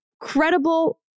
credible